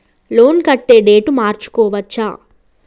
Loan కట్టే date మార్చుకోవచ్చా?